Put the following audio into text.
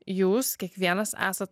jūs kiekvienas esat